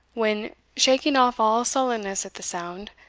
when, shaking off all sullenness at the sound,